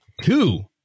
two